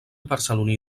barceloní